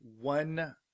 one